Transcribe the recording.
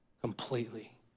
completely